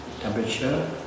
Temperature